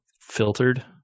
Filtered